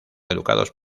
educados